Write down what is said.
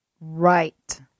Right